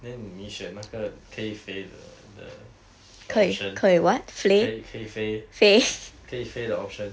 then 你选那个可以飞的的的 option 可以可以飞可以飞的 option